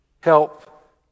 help